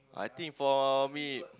I think for me